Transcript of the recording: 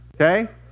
okay